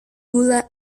gula